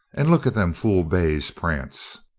and look at them fool bays prance!